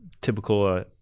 typical